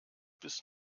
bis